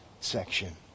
section